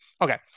okay